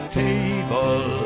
table